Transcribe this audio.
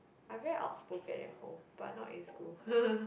I very outspoken at home but not in school